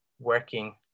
working